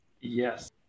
yes